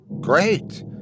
Great